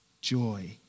Joy